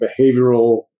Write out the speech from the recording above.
behavioral